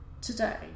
today